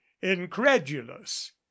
incredulous